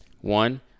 one